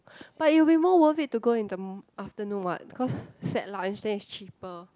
but it'll be more worth it to go in the afternoon what because set lunch then is cheaper